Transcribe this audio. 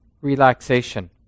relaxation